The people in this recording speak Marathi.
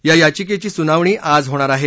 या याचिकेची सुनावणी आज होणार आहे